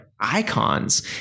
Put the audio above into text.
icons